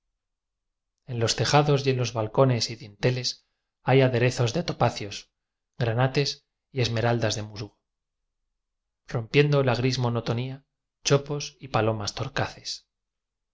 en los tejados y en los balcones y dinte les hay aderezos de topacios granates y esmeraldas de musgo rompiendo la gris monotonía chopos y palomas torcaces